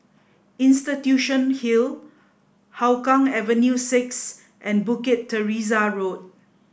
Institution Hill Hougang Avenue six and Bukit Teresa Road